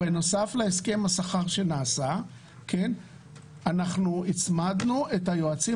בנוסף להסכם השכר שנעשה הצמדנו את היועצים